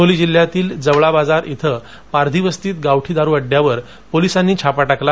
हिंगोली जिल्ह्यातील जवळाबाजार इथे पारधी वस्तीत गावठी दारू अड्ड्यावर पोलीसांनी छापा टाकला